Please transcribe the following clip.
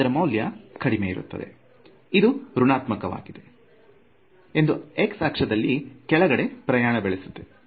ಇದು ಋಣಾತ್ಮಕ ವಾಗಿದೆ ಎಂದು x ಅಕ್ಷದಲ್ಲಿ ಕೆಳಗಡೆಗೆ ಪ್ರಯಾಣ ಬೆಳೆಸುತ್ತದೆ